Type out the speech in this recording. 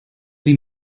wie